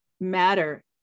matter